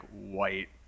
white